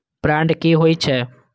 Bond की होई छै?